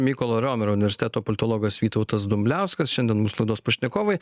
mykolo romerio universiteto politologas vytautas dumbliauskas šiandien mūsų laidos pašnekovai